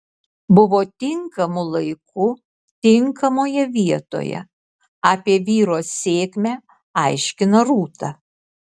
buvo tinkamu laiku tinkamoje vietoje apie vyro sėkmę aiškina rūta